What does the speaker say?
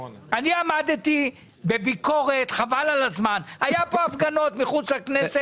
אני עמדתי בביקורת קשה, והיו הפגנות מחוץ לכנסת.